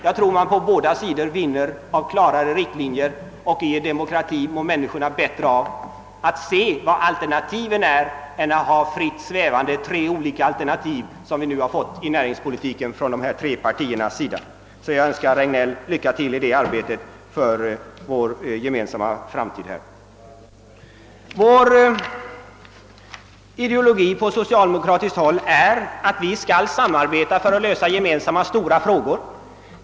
Jag tror att båda sidor vinner på klarare riktlinjer och i en demokrati mår människor bättre av att se vad alternativen är än att ha tre olika alternativ fritt svävande, vilket vi nu har inom näringspolitiken. Jag önskar herr Reg néll lycka till i det arbetet för vår gemensamma framtid. Vår ideologi på socialdemokratiskt håll är att vi skall samarbeta för att lösa stora gemensamma frågor.